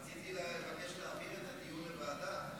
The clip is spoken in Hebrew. רציתי לבקש להעביר את הדיון לוועדה.